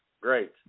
great